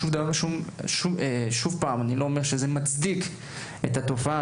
שוב, אני לא אומר שזה מצדיק את התופעה.